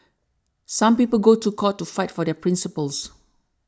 some people go to court to fight for their principles